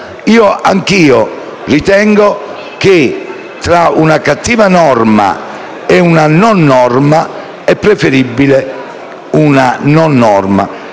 anch'io ritengo che tra una cattiva norma e una non norma sia preferibile quest'ultima.